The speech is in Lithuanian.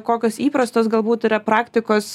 kokios įprastos galbūt yra praktikos